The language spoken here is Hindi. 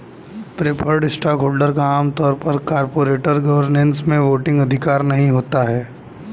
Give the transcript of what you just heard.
प्रेफर्ड स्टॉकहोल्डर का आम तौर पर कॉरपोरेट गवर्नेंस में वोटिंग अधिकार नहीं होता है